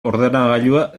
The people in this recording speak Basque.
ordenagailua